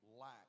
lack